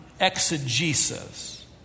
exegesis